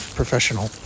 professional